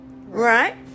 Right